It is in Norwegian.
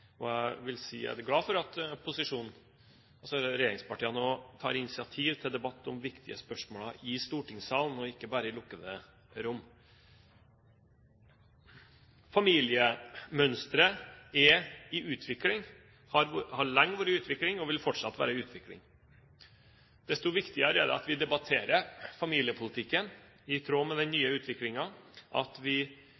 Jeg vil si jeg er glad for at posisjonen, altså regjeringspartiene, nå tar initiativ til debatt om de viktige spørsmålene i stortingssalen og ikke bare i de lukkede rom. Familiemønsteret er i utvikling, har lenge vært i utvikling og vil fortsatt være i utvikling. Desto viktigere er det at vi debatterer familiepolitikken i tråd med den